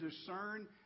discern